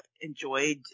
enjoyed